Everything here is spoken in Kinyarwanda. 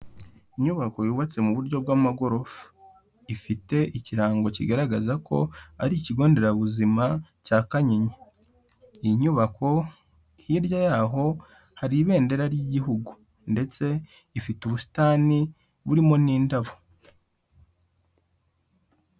Inyubako yubatse mu buryo bw'amagorofa ifite ikirango kigaragaza ko ari ikigonderabuzima cya Kanyinya. Iyi nyubako hirya yaho hari ibendera ry'igihugu ndetse ifite ubusitani burimo n'indabo.